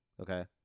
Okay